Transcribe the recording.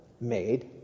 made